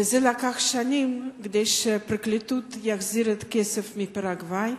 ולקח שנים כדי שהפרקליטות תחזיר את הכסף מפרגוואי.